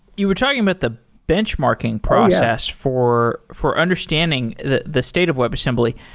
you were talking about the benchmarking process for for understanding the the state of webassembly.